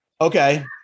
Okay